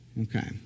Okay